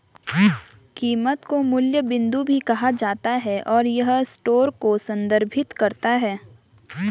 कीमत को मूल्य बिंदु भी कहा जाता है, और यह स्टोर को संदर्भित करता है